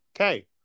Okay